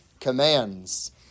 commands